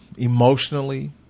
Emotionally